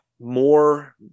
more